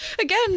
again